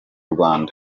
rwanda